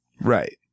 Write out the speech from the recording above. Right